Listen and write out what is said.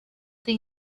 they